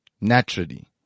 Naturally